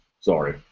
Sorry